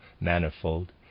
manifold